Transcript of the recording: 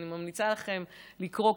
ואני ממליצה לכם לקרוא,